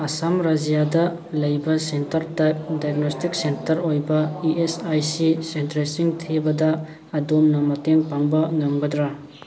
ꯑꯁꯥꯝ ꯔꯥꯏꯖ꯭ꯌꯥꯗ ꯂꯩꯕ centre type diagnostic centre ꯑꯣꯏꯕ ꯏ ꯑꯦꯁ ꯑꯥꯏ ꯁꯤ ꯁꯦꯟꯇꯔꯁꯤꯡ ꯊꯤꯕꯗ ꯑꯗꯣꯝꯅ ꯃꯇꯦꯡ ꯄꯥꯡꯕ ꯉꯝꯒꯗ꯭ꯔ